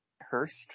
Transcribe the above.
Hurst